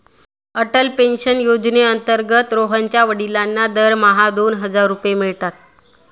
Atal pension योजनेअंतर्गत सोहनच्या वडिलांना दरमहा दोन हजार रुपये मिळतात